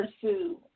pursue